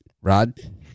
Rod